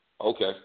Okay